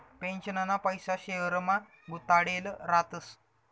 पेन्शनना पैसा शेयरमा गुताडेल रातस